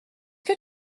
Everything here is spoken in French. que